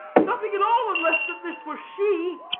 nothing at all, unless that this were she.